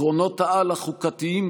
עקרונות-העל החוקתיים,